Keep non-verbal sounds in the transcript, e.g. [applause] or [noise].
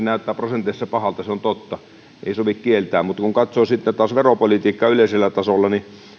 [unintelligible] näyttää prosenteissa pahalta se on totta ei sovi kieltää mutta kun katsoo sitten taas veropolitiikkaa yleisellä tasolla